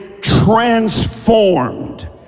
transformed